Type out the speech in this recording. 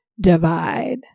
divide